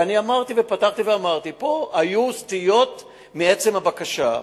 ואני פתחתי ואמרתי: פה היו סטיות מעצם הבקשה.